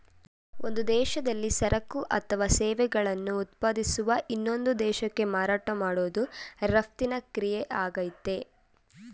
ಒಂದು ದೇಶದಲ್ಲಿ ಸರಕು ಅಥವಾ ಸೇವೆಗಳನ್ನು ಉತ್ಪಾದಿಸುವ ಇನ್ನೊಂದು ದೇಶಕ್ಕೆ ಮಾರಾಟ ಮಾಡೋದು ರಫ್ತಿನ ಕ್ರಿಯೆಯಾಗಯ್ತೆ